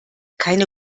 keine